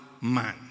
man